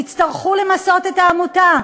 יצטרכו למסות את העמותה.